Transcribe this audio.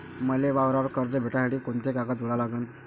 मले वावरावर कर्ज भेटासाठी कोंते कागद जोडा लागन?